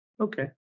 Okay